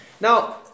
Now